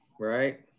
right